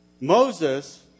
Moses